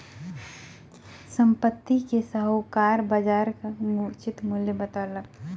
संपत्ति के साहूकार बजारक उचित मूल्य बतौलक